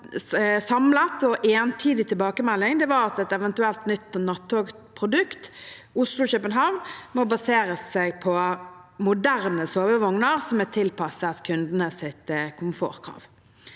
en samlet og entydig tilbakemelding var at et eventuelt nytt nattogprodukt Oslo–København må baseres på moderne sovevogner som er tilpasset kundenes komfortkrav.